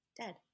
dead